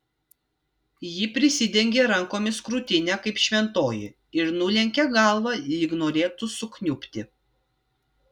ji prisidengė rankomis krūtinę kaip šventoji ir nulenkė galvą lyg norėtų sukniubti